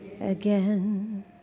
again